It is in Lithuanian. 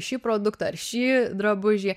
šį produktą ar šį drabužį